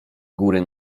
góry